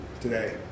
today